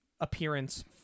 appearance